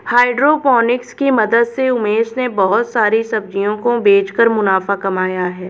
hydroponics की मदद से उमेश ने बहुत सारी सब्जियों को बेचकर मुनाफा कमाया है